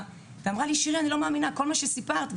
ואמרה לי שהיא לא מאמינה לכל מה שסיפרתי,